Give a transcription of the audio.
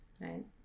Right